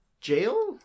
jail